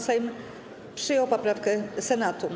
Sejm przyjął poprawkę Senatu.